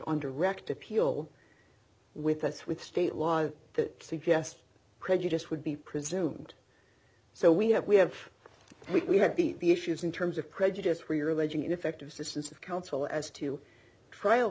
on direct appeal with us with state laws that suggest prejudice would be presumed so we have we have we have beat the issues in terms of prejudice where you're alleging ineffective assistance of counsel as to trial